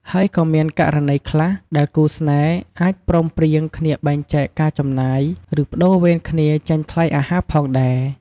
ហើយក៏មានករណីខ្លះដែលគូស្នេហ៍អាចព្រមព្រៀងគ្នាបែងចែកការចំណាយ ឬប្តូរវេនគ្នាចេញថ្លៃអាហារផងដែរ។